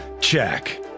Check